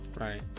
right